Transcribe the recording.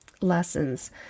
lessons